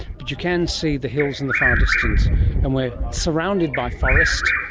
but you can see the hills in the far distance and we're surrounded by forest.